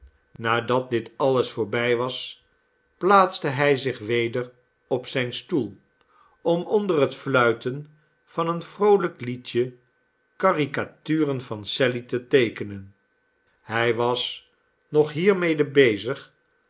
nadat dit alles voorbij was plaatste hij zich weder op zijn stoel om onder het fluiten van een vroolijk liedje caricaturen van sally te teekenen hij was nog hiermede bezig